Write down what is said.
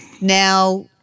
now